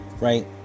Right